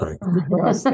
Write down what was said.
right